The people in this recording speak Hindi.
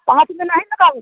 पाँच में नहीँ लगाई